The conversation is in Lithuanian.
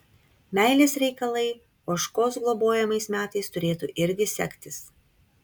meilės reikalai ožkos globojamais metais turėtų irgi sektis